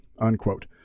Unquote